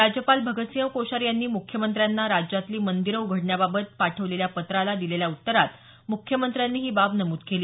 राज्यपाल भगतसिंह कोश्यारी यांनी मुख्यमंत्र्यांना राज्यातली मंदीरं उघडण्याबाबत पाठवलेल्या पत्राला दिलेल्या उत्तरात मुख्यमंत्र्यांनी ही बाब नमूद केली